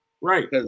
Right